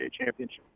Championship